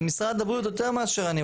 זה משרד הבריאות יותר מאשר אני,